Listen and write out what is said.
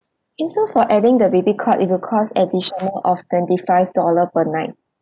okay so for adding the baby cot it will cost additional of twenty five dollar per night